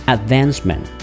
Advancement